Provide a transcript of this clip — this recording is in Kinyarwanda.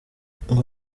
ngo